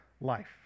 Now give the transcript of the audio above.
life